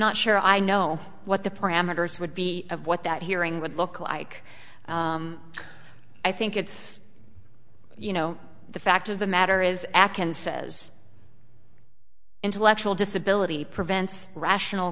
not sure i know what the parameters would be of what that hearing would look like i think it's you know the fact of the matter is akon says intellectual disability prevents rational